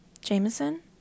Jameson